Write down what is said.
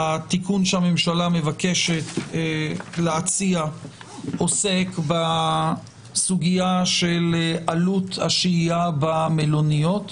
התיקון שהממשלה מבקשת להציע עוסק בסוגיה של עלות השהייה במלוניות.